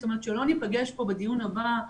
שלא ניפגש פה בדיון הבא,